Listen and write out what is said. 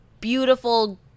beautiful